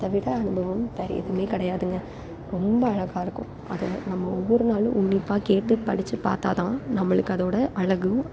அதை விட ஆனந்தம் வேற எதுவுமே கிடையாதுங்க ரொம்ப அழகாக இருக்கும் அதில் நம்ம ஒவ்வொரு நாளும் உன்னிப்பாக கேட்டு படித்து பார்த்தா தான் நம்மளுக்கு அதோட அழகும்